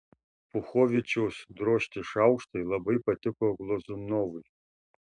puchovičiaus drožti šaukštai labai patiko glazunovui